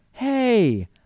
hey